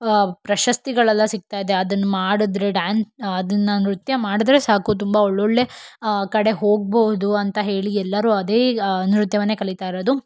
ಪ್ರಶಸ್ತಿಗಳೆಲ್ಲ ಸಿಗ್ತಾ ಇದೆ ಅದನ್ನ ಮಾಡಿದ್ರೆ ಡ್ಯಾನ್ ಅದನ್ನು ನೃತ್ಯ ಮಾಡಿದ್ರೆ ಸಾಕು ತುಂಬ ಒಳ್ಳೊಳ್ಳೆಯ ಕಡೆ ಹೋಗಬಹುದು ಅಂತ ಹೇಳಿ ಎಲ್ಲರೂ ಅದೇ ನೃತ್ಯವನ್ನೇ ಕಲಿತಾ ಇರೋದು